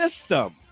system